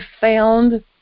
found